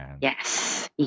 Yes